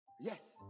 Yes